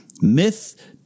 myth